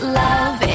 love